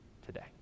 today